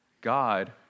God